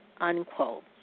unquote